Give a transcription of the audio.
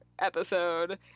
episode